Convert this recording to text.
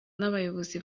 nabayobozi